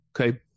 Okay